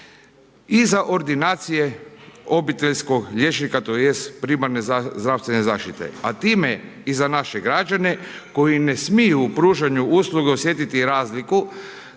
i za ordinacije obiteljskog liječnika, tj. primarne zdravstvene zaštite, a time i za naše g rađane koji ne smiju u pružanju usluga osjetiti razliku